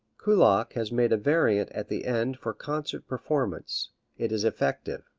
kullak has made a variant at the end for concert performance it is effective.